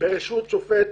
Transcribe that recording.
בראשות שופט